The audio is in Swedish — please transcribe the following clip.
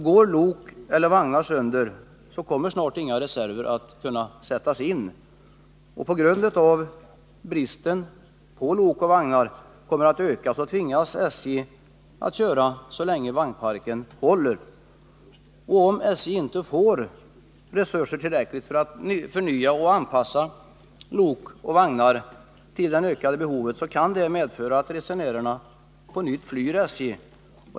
Går lok eller vagnar sönder kommer snart inga reserver att kunna sättas in. På grund av att bristen på lok och vagnar kommer att öka tvingas SJ att köra så länge vagnparken håller. Om SJ inte får tillräckliga resurser för att förnya och anpassa lok och vagnar till det ökade behovet kan det medföra att resenärerna på nytt flyr SJ.